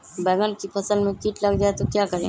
बैंगन की फसल में कीट लग जाए तो क्या करें?